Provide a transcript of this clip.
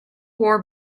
war